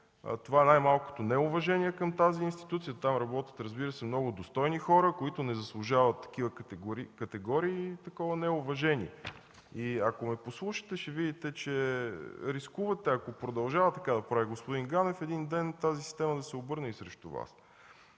това е най-малкото неуважение към тази институция. Там, разбира се, работят много достойни хора, които не заслужават такива категории и такова неуважение. Ако ме послушате, ще видите, че рискувате ако продължава така да прави господин Ганев, един ден тази система да се обърне и срещу Вас.